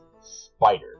spider